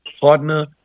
partner